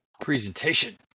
presentation